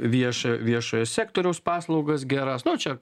viešą viešojo sektoriaus paslaugas geras nu čia